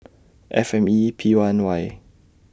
F M E P one Y